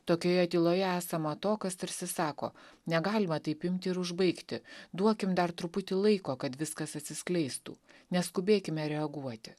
tokioje tyloje esama to kas tarsi sako negalima taip imti ir užbaigti duokime dar truputį laiko kad viskas atsiskleistų neskubėkime reaguoti